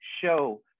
show